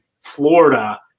Florida –